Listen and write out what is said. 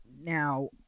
now